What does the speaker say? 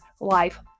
life